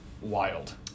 wild